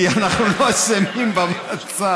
כי אנחנו לא אשמים במצב.